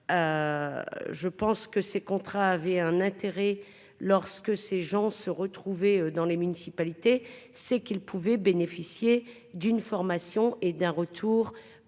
Je pense que ces contrats avaient un intérêt lorsque ces gens se retrouver dans les municipalités, c'est qu'ils pouvaient bénéficier d'une formation et d'un retour et d'un